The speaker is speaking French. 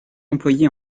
employé